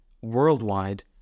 worldwide